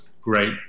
great